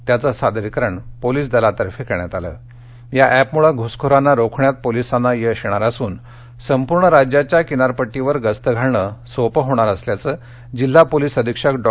त्याचं सादरीकरण पोलीस दलातर्फे करण्यात आलं या एपमुळे घूसखोरांना रोखण्यात पोलिसांना यश येणार असुन संपूर्ण राज्याच्या किनारपट्टीवर गस्त घालणं सोपं होणार असल्याचं जिल्हा पोलीस अधीक्षक डॉ